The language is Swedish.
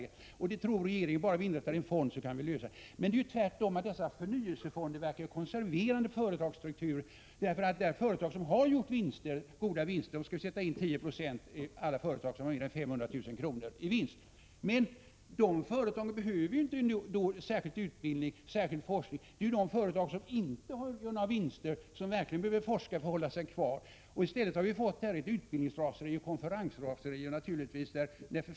Regeringen tror, att om vi bara inrättar en fond kan vi lösa problem. Men det förhåller sig tvärtom. Förnyelsefonderna verkar konserverande på företagsstrukturen. De företag som har gjort goda vinster skall sätta in 10 20 av vinsten, om denna överstiger 500 000 kr. Men de företagen behöver inte någon särskild utbildning eller någon särskild forskning. Det är ju de företag som inte gör vinster som verkligen behöver forskning för att de skall kunna hålla sig kvar. I stället har vi fått ett utbildningsoch konferensraseri.